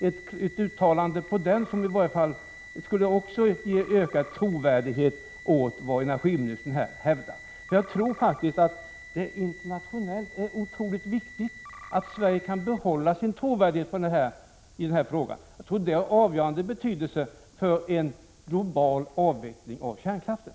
Ett uttalande på den punkten skulle ge ökad trovärdighet åt vad energiministern här hävdar. Jag tror att det internationellt sett är oerhört viktigt att Sverige kan behålla sin trovärdighet i denna fråga, eftersom den är av ovärderlig betydelse för en global avveckling av kärnkraften.